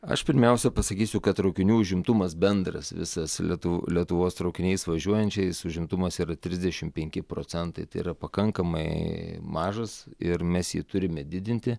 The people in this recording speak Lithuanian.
aš pirmiausia pasakysiu kad traukinių užimtumas bendras visas lietu lietuvos traukiniais važiuojančiais užimtumas yra trisdešim penki procentai tai yra pakankamai mažas ir mes jį turime didinti